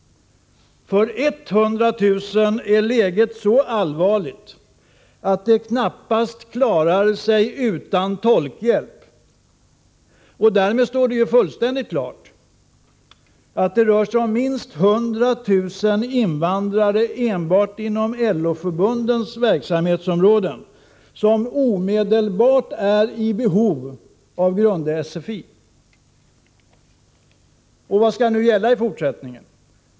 För 100 000 är läget så allvarligt att de knappast klarar sig utan tolkhjälp. Därmed står det fullständigt klart att det rör sig om minst 100 000 invandrare enbart inom LO-förbundens verksamhetsområde som omedelbart är i behov av grund-SFI. Vad skall nu gälla i fortsättningen?